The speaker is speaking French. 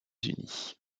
unis